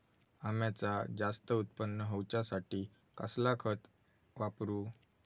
अम्याचा जास्त उत्पन्न होवचासाठी कसला खत वापरू?